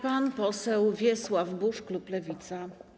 Pan poseł Wiesław Buż, klub Lewica.